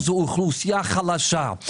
זאת אוכלוסייה חלשה.